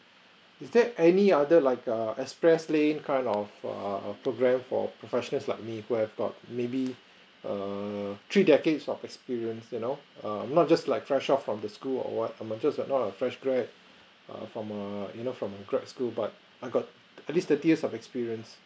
is there any other like a express lane kind of err program for professionals like me to have err maybe err three decades of experience you know err I'm not just like fresh out from the school or what I'm just not a fresh grad err from a you know from a grad school but I got at least thirty years of experience